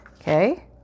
okay